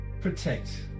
protect